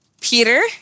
Peter